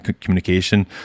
communication